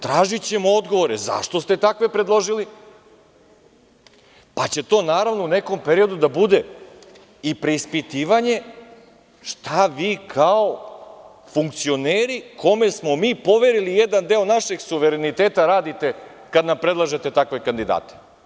Tražićemo odgovore zašto ste takve predložili, pa će to naravno u nekom periodu da bude i preispitivanje šta vi kao funkcioneri, kojima smo mi poverili jedan deo našeg suvereniteta, radite kad nam predlažete takve kandidate.